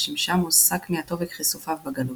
ושימשה מושא כמיהתו וכיסופיו בגלות.